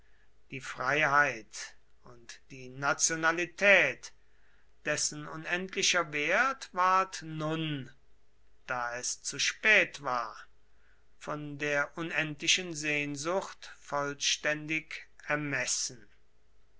die freiheit und die nationalität dessen unendlicher wert ward nun da es zu spät war von der unendlichen sehnsucht vollständig ermessen